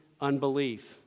unbelief